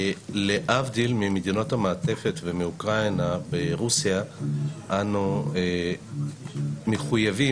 להבדיל ממדינות המעטפת ומאוקראינה ברוסיה אנחנו מחויבים